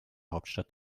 hauptstadt